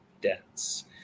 dense